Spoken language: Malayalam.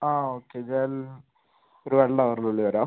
ആ ഓക്കെ ഞാൻ ഒരു വൺ അവറിനുള്ളിൽ വരാം